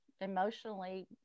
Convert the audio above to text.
emotionally